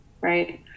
right